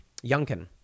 Youngkin